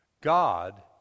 God